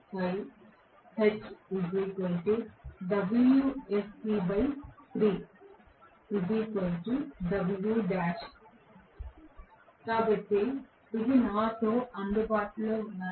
కాబట్టి ఇవి నాతో అందుబాటులో ఉన్నాయి